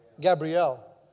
Gabrielle